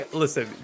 listen